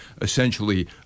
essentially